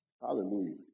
Hallelujah